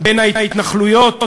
דין הרצליה,